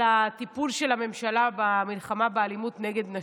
על הטיפול של הממשלה במלחמה באלימות נגד נשים.